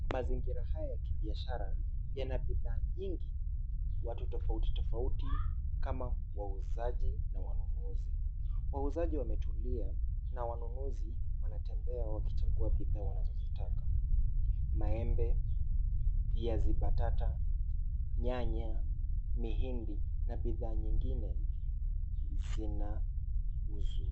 Mazingira haya ya kibiashara yana bidhaa nyingi, watu tofauti tofauti kama wauzaji na wanunuzi. Wauzaji wametulia na wanunuzi wanatembea wakichagua bidhaa wanazozitaka. Maembe, viazi mbatata, nyanya, mihindi na bidhaa nyingine zinauzwa.